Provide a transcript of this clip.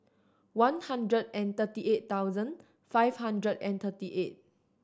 one hundred and thirty eight thousand five hundred and thirty eight